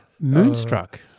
Moonstruck